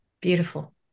Beautiful